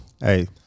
hey